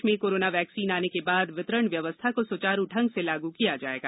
प्रदेश में corona vaccine आने के बाद वितरण व्यवस्था को सुचारू ढंग से लागू किया जाएगा